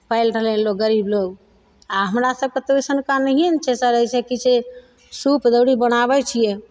पालि रहलय लोग गरीब लोग आओर हमरा सबके तऽ ओइसनका नहिये ने छै सर ऐसे की छै सूप दौरी बनाबय छियै